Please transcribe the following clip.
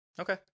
Okay